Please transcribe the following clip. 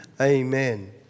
Amen